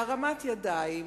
בהרמת ידיים,